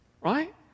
right